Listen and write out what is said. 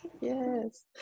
yes